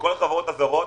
שכל החברות הזרות,